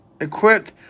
equipped